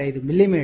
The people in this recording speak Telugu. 5 మిమీ